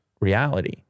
reality